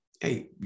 hey